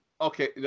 Okay